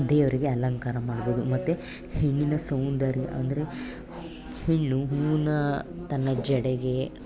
ದೇವರಿಗೆ ಅಲಂಕಾರ ಮಾಡ್ಬೌದು ಮತ್ತು ಹೆಣ್ಣಿನ ಸೌಂದರ್ಯ ಅಂದರೆ ಹೆಣ್ಣು ಹೂವನ್ನು ತನ್ನ ಜಡೆಗೆ